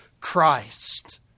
Christ